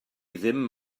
ddim